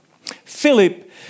Philip